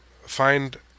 find